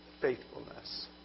Faithfulness